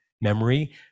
memory